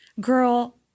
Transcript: Girl